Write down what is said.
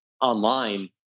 online